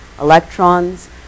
electrons